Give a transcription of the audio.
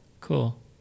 Cool